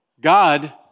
God